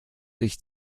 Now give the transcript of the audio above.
ich